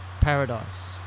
paradise